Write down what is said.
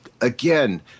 again